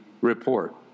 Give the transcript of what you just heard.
report